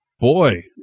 Boy